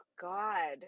god